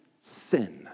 sin